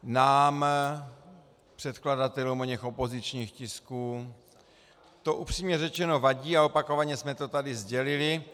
Nám předkladatelům oněch opozičních tisků to upřímně řečeno vadí a opakovaně jsme to tady sdělili.